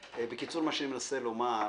-- -בקיצור, מה שאני מנסה לומר: